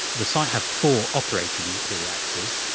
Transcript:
the site had four operating nuclear reactors,